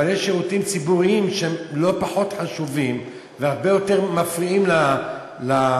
אבל יש שירותים ציבוריים שהם לא פחות חשובים והרבה יותר מפריעים לפרט,